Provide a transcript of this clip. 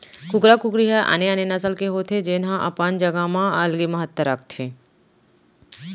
कुकरा कुकरी ह आने आने नसल के होथे जेन ह अपन जघा म अलगे महत्ता राखथे